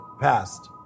passed